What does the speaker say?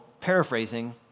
paraphrasing